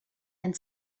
and